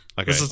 okay